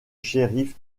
shérif